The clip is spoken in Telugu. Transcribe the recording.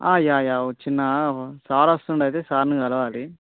యా యా ఒక చిన్న సార్ వస్తున్నాడు అయితే సార్ని కలవాలి